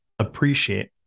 appreciate